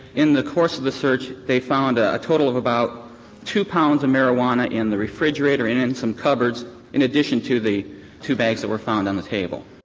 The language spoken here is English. in the course of the search, they found a total of about two pounds of marijuana in the refrigerator and in some cupboards in addition to the two bags that were found on the table,